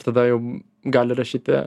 tada jau gali rašyti